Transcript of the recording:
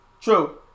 true